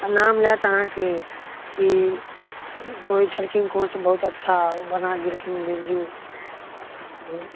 हँ नाम लेत अहाँके कि केओ छलखिन कोच बहुत अच्छा ओ बना देलखिन बिरजू हूँ